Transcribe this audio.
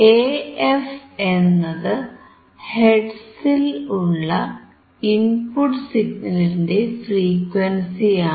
AF എന്നത് ഹെർട്സിൽ ഉള്ള ഇൻപുട്ട് സിഗ്നലിന്റെ ഫ്രീക്വൻസിയാണ്